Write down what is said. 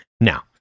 Now